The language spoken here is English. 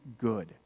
good